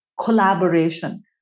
collaboration